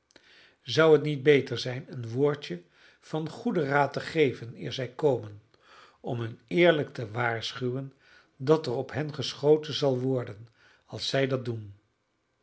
zou het niet beter zijn een woordje van goeden raad te geven eer zij komen om hun eerlijk te waarschuwen dat er op hen geschoten zal worden als zij dat doen